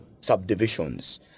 subdivisions